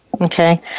Okay